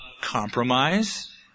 compromise